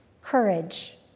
courage